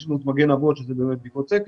יש לנו את "מגן אבות" שזה באמת בדיקות סקר,